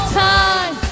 time